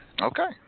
Okay